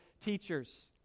teachers